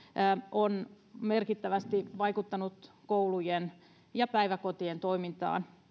on merkittävästi vaikuttanut koulujen ja päiväkotien toimintaan